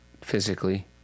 physically